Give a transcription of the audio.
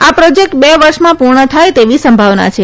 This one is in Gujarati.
આ પ્રોજેક્ટ બે વર્ષમાં પૂર્ણ થાય તેવી સંભાવના છે